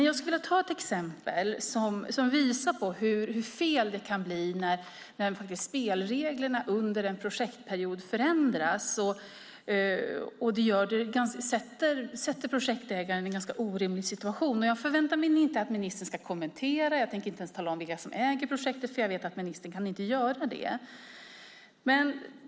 Jag skulle vilja ta ett exempel som visar hur fel det kan bli när spelreglerna under en projektperiod ändras. Det sätter nämligen projektägaren i en ganska orimlig situation. Jag förväntar mig inte att ministern ska kommentera det. Jag tänker inte ens tala om vilka som äger projektet, för jag vet att ministern inte kan kommentera enskilda fall.